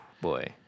Boy